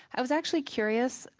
i was actually curious,